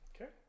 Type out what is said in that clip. Okay